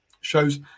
shows